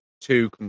two